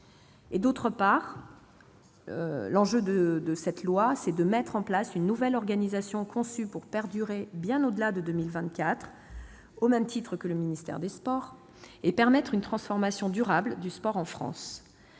la pratique sportive. Le second, c'est de mettre en place une nouvelle organisation conçue pour perdurer bien au-delà de 2024, au même titre que le ministère des sports, et de permettre une transformation durable du sport en France.